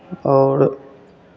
आओर